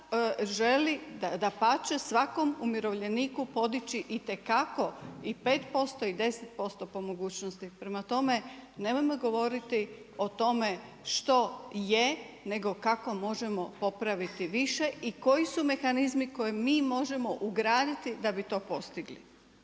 želi dapače svakom umirovljeniku podići itekako i 5% i 10% po mogućnosti. Prema tome, nemojmo govoriti o tome što je nego kako možemo popraviti više i koji su mehanizmi koje mi možemo ugraditi da bi to postigli.